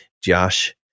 Josh